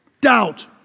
doubt